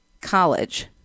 college